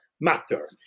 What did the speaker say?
matter